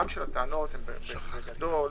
הטענות, בגדול,